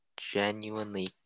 genuinely